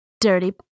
Dirty